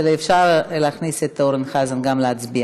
אפשר להכניס את אורן חזן גם להצביע